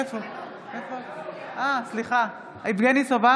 אינו נוכח אורית מלכה סטרוק,